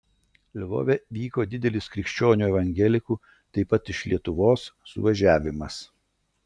lvove vyko didelis krikščionių evangelikų taip pat iš lietuvos suvažiavimas